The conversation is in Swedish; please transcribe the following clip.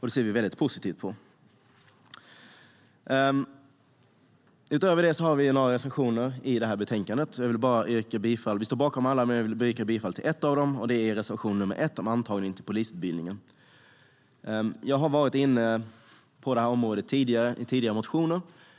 Det ser vi väldigt positivt på. Utöver det har vi några reservationer i betänkandet. Vi står bakom alla, men jag vill yrka bifall till en av dem. Det är reservation nr 1 om antagning till polisutbildningen. Jag har varit inne på det området i tidigare motioner.